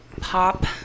pop